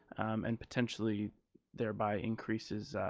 and potentially thereby increases